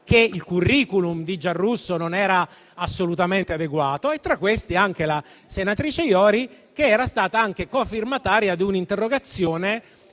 che il suo *curriculum* non era assolutamente adeguato; tra questi vi era anche la senatrice Iori, che era stata anche cofirmataria di un'interrogazione